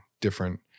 different